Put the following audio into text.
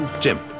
Jim